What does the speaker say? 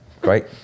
Great